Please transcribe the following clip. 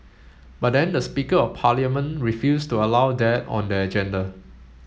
but then the speaker of parliament refused to allow that on the agenda